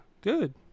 good